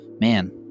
man